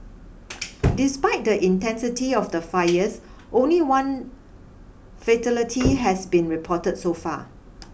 despite the intensity of the fires only one fatality has been reported so far